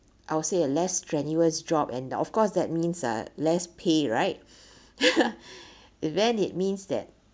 I would say a less strenuous job and of course that means ah less pay right even it means that